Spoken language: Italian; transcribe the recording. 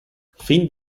fin